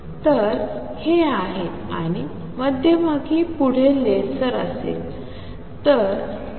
तर हे आहे आणि मध्यभागी पुढे लेसर असेल